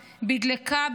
בדלקה,